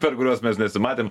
per kuriuos mes nesimatėm